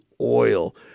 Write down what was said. oil